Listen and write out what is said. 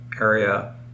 area